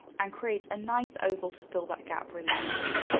and create a nice oval to fill that gap really neatly.